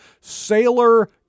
Sailor